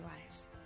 lives